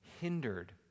hindered